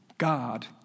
God